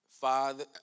Father